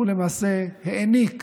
הוא למעשה העניק,